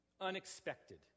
Unexpected